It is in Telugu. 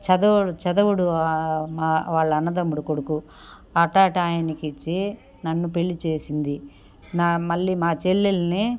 చదువు చదువుడు మా వాళ్ళ అన్నదమ్ముడు కొడుకు అట్టాటాయనకిచ్చి నన్ను పెళ్లి చేసింది నా మళ్ళీ మా చెల్లెల్ని